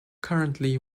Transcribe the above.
currently